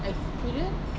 experience